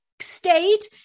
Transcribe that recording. state